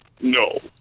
No